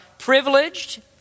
Privileged